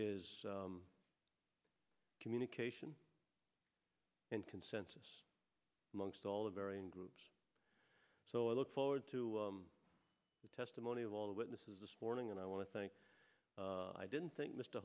is communication and consensus amongst all the varying groups so i look forward to the testimony of all the witnesses this morning and i want to thank i didn't think mr